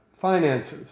finances